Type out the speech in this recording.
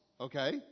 okay